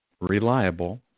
reliable